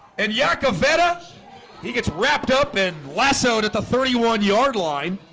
and yakavetta he gets wrapped up and blasts out at the thirty one yard line